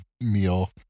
meal